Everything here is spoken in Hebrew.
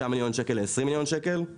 זה קורה בארצות הברית וזה עובד נהדר.